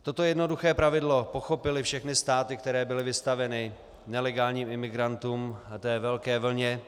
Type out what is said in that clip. Toto jednoduché pravidlo pochopily všechny státy, které byly vystaveny nelegálním imigrantům, té velké vlně.